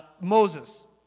Moses